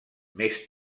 més